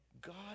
God